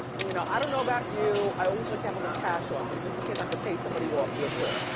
you know i don't know about you, i always like to have a little cash on me, just in case i have to pay somebody off real quick.